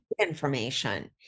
information